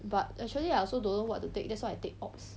but actually I also don't know what to take that's why I take ops